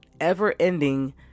ever-ending